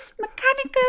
mechanical